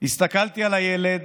הסתכלתי על הילד